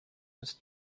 his